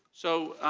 so,